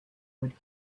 would